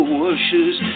washes